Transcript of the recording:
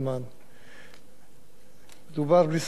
מדובר בלי ספק באירועים מאוד מאוד חמורים.